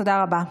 תודה רבה.